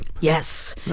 Yes